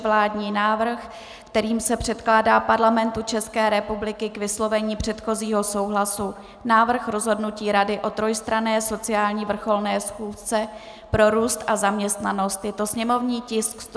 Vládní návrh, kterým se předkládá Parlamentu České republiky k vyslovení předchozího souhlasu návrh rozhodnutí Rady o trojstranné sociální vrcholné schůzce pro růst a zaměstnanost /sněmovní tisk 162E/